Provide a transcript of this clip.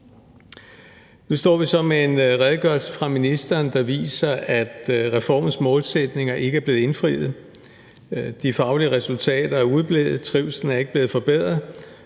Nu står vi så med en redegørelse fra ministeren, der viser, at reformens målsætninger ikke er blevet indfriet. De faglige resultater er udeblevet, trivslen er ikke blevet forbedret,